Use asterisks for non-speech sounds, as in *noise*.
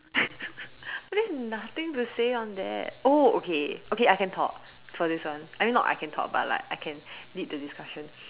*laughs* but there's nothing to say on that oh okay okay I can talk for this one I mean not I can talk but like I can lead the discussion